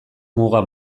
muga